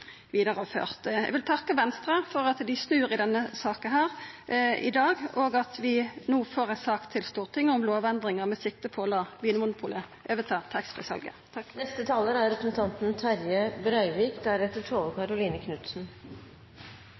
vidareført. Eg vil takka Venstre for at dei snur i denne saka i dag, og at vi no får ei sak til Stortinget om lovendring med sikte på å la